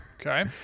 okay